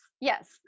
Yes